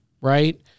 right